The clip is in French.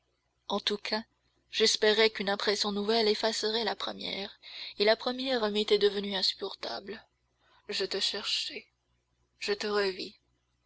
en tout cas j'espérais qu'une impression nouvelle effacerait la première et la première m'était devenue insupportable je te cherchai je te revis